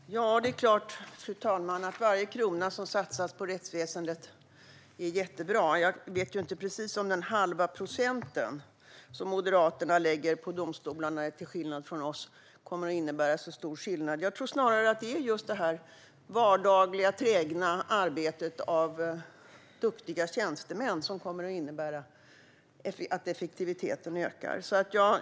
Fru talman! Det är klart att varje krona som satsas på rättsväsendet är jättebra, men jag vet inte om den halva procent som Moderaterna, till skillnad från oss, lägger på domstolarna kommer att göra så stor skillnad. Jag tror snarare att det är det vardagliga, trägna arbetet av duktiga tjänstemän som kommer att innebära att effektiviteten ökar.